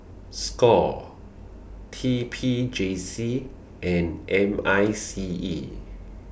SCORE T P J C and M I C E